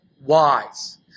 wise